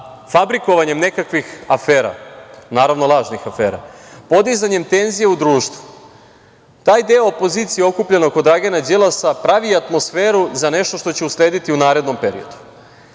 fabrikovanjem nekakvih afera, naravno, lažnih afera, podizanjem tenzija u društvu, taj deo opozicije okupljen oko Dragana Đilasa pravi atmosferu za nešto što će uslediti u narednom